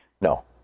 No